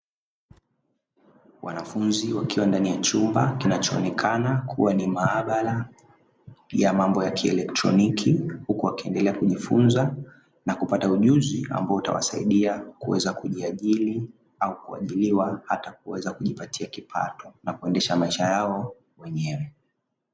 Wanafunzi wakiwa ndani ya chumba kinachoonekana kuwa ni maabara ya mambo ya kieletroniki, huku wakiendelea kujifunza au wakipata ujuzi ambao utawasaidia kuweza kujiajiri au kuajiriwa au hata kuweza kujipatia kipato na kuendesha maisha yao wenyewe.